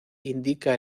indica